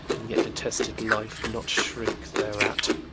and yet detested life not shrink thereat!